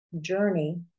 journey